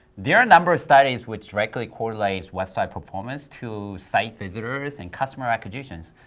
their ah number studies, which directly correlates website performance to site visitors and customer acquisitions.